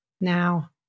now